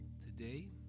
today